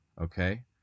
okay